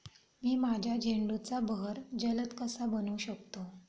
मी माझ्या झेंडूचा बहर जलद कसा बनवू शकतो?